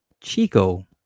Chico